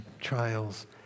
trials